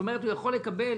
הוא יכול לקבל